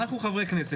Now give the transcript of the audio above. אנחנו חברי כנסת,